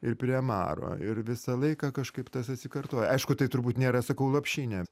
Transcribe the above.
ir prie maro ir visą laiką kažkaip tas atsikartoja aišku tai turbūt nėra sakau lopšinė